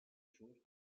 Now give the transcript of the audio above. sur